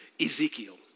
Ezekiel